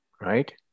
right